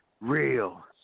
Real